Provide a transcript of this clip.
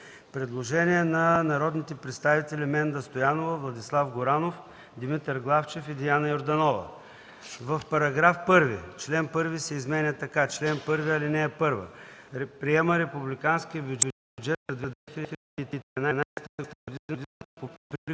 Предложение на народните представители Менда Стоянова, Владислав Горанов, Димитър Главчев и Диана Йорданова: „В § 1. Член 1 се изменя така: „Чл. 1. (1) Приема републиканския бюджет за 2013 г. по приходите